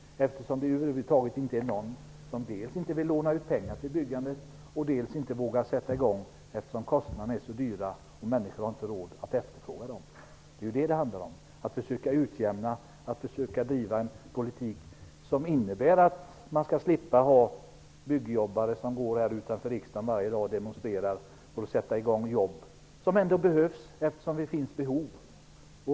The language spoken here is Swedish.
Dels vill ingen över huvud taget låna ut pengar till byggande, dels vågar ingen sätta i gång, eftersom kostnaderna är så höga att människorna inte vågar efterfråga de nya bostäderna. Det handlar om att vidta utjämnande åtgärder och att driva en politik som gör att byggjobbare inte behöver demonstrera varje dag utanför riksdagen för att jobb skall sättas i gång, jobb som det dessutom också finns behov av.